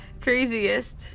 craziest